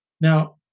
Now